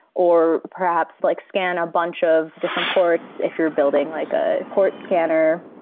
or perhaps like scan a bunch of different ports if you're building like ah port scanner.